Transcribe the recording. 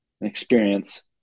experience